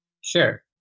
Sure